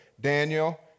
Daniel